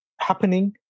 happening